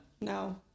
no